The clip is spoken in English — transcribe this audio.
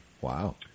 Wow